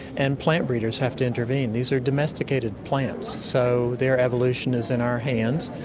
and plant breeders have to intervene. these are domesticated plants, so their evolution is in our hands.